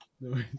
No